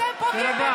תשתקי כבר.